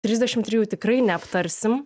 trisdešimt trijų tikrai neaptarsim